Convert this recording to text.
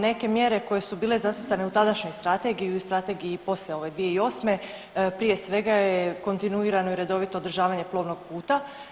Neke mjere koje su bile zacrtane u tadašnjoj strategiji i u strategiji poslije ove 2008. prije svega je kontinuirano i redovito održavanje plovnog puta.